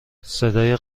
صدای